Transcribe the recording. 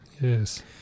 yes